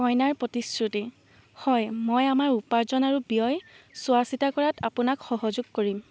কইনাৰ প্ৰতিশ্ৰুতি হয় মই আমাৰ উপাৰ্জন আৰু ব্যয় চোৱা চিতা কৰাত আপোনাক সহযোগ কৰিম